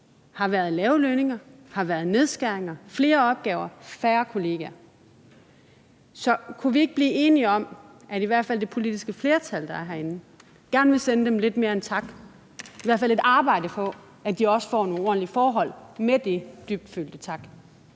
har været lave lønninger, nedskæringer, flere opgaver, færre kollegaer. Så kunne vi ikke, i hvert fald det politiske flertal, der er herinde, blive enige om, at vi gerne vil sende dem lidt mere end en tak, eller i hvert fald arbejde på, at de også får nogle ordentlige forhold sammen med den dybfølte tak?